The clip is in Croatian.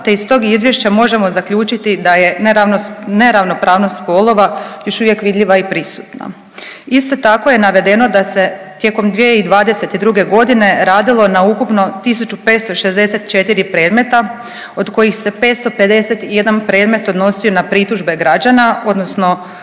te iz tog izvješća možemo zaključiti da je neravnopravnost spolova još uvijek vidljiva i prisutna. Isto tako je navedeno da se tijekom 2022. godine radilo na ukupno 1.564 predmeta od kojih se 551 predmet odnosio na pritužbe građana odnosno